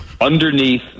underneath